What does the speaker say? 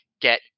get